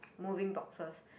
moving boxes